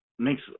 makes